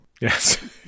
Yes